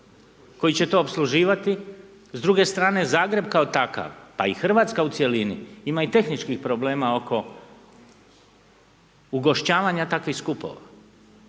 koji će to opsluživati. S druge strane Zagreb kao takav, pa i Hrvatska u cjelini ima i tehničkih problema oko ugošćavanja takvih skupova.